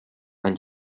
and